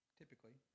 typically